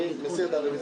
אני מסיר את הרביזיה.